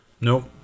Nope